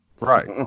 right